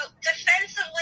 defensively